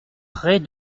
près